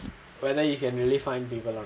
whether you can really find people lah